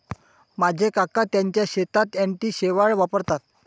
माझे काका त्यांच्या शेतात अँटी शेवाळ वापरतात